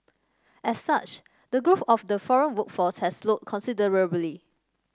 as such the growth of the foreign workforce has slowed considerably